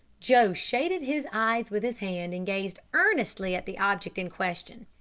joe shaded his eyes with his hand and gazed earnestly at the object in question.